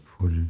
full